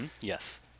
Yes